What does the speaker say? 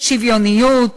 שוויוניות,